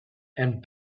and